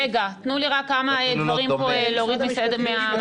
רגע, תנו לי רק כמה דברים להוריד מהשולחן.